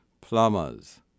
plumbers